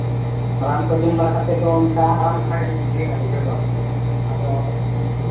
ᱨᱟᱱ ᱠᱚ ᱡᱚᱢ ᱵᱟᱲᱟ ᱠᱟᱛᱮᱫ ᱫᱚ ᱚᱱᱠᱟ ᱟᱨᱟᱢ ᱫᱷᱟᱨᱟ ᱜᱮᱞᱤᱧ ᱵᱩᱡᱷᱟᱹᱣᱮᱫᱼᱟ ᱵᱩᱡᱷᱟᱹᱣ ᱫᱚ ᱟᱫᱚ